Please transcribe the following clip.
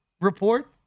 report